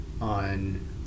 on